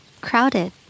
Crowded